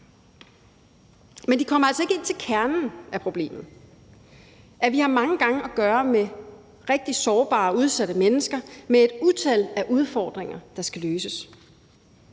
men de kommer altså ikke ind til kernen af problemet, nemlig at vi mange gange har at gøre med rigtig sårbare og udsatte mennesker med et utal af udfordringer, der skal løses.